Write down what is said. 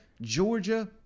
Georgia